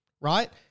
right